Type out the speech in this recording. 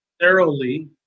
thoroughly